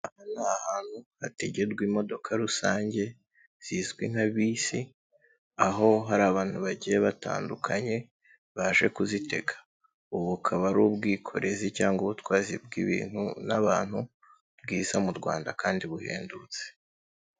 Ahantu hategerwa imodoka rusange zizwi nka bisi. Aho hari abantu bagiye batandukanye baje kuzitega, ubu bukaba ari ubwikorezi cyangwa ubutwazi bw'ibintu n'abantu bwiza mu Rwanda kandi buhendutse.